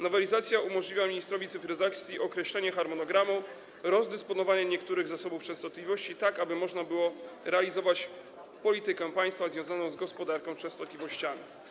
Nowelizacja umożliwia ministrowi cyfryzacji określenie harmonogramu rozdysponowania niektórych zasobów częstotliwości, tak aby można było realizować politykę państwa związaną z gospodarką częstotliwościami.